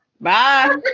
Bye